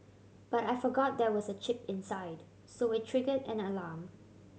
but I forgot there was a chip inside so it triggered an alarm